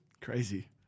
crazy